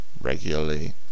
regularly